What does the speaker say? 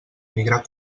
migrar